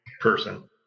person